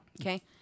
Okay